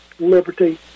liberty